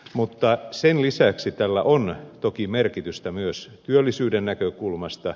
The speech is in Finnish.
mutta sen lisäksi tällä on toki merkitystä myös työllisyyden näkökulmasta